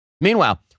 Meanwhile